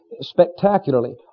spectacularly